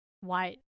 white